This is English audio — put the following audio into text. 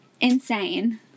Insane